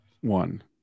one